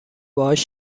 باهاش